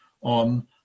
on